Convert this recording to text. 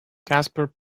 casper